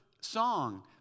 song